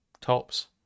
tops